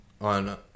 on